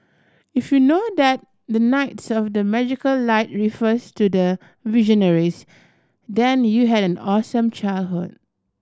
if you know that the knights of the magical light refers to the Visionaries then you had an awesome childhood